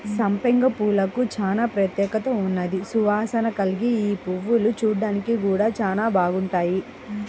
సంపెంగ పూలకు చానా ప్రత్యేకత ఉన్నది, సువాసన కల్గిన యీ పువ్వులు చూడ్డానికి గూడా చానా బాగుంటాయి